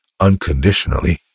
unconditionally